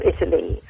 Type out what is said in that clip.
Italy